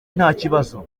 ntakibazo